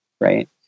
right